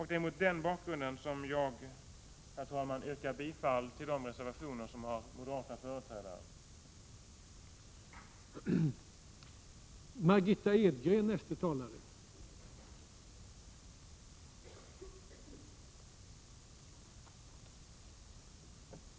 Det är mot denna bakgrund som jag, herr talman, yrkar bifall till de reservationer som moderata företrädare står bakom.